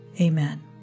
Amen